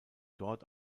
dort